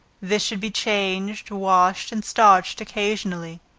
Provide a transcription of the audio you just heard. this should be changed, washed and starched occasionally.